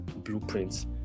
blueprints